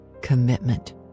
commitment